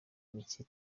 micye